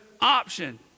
option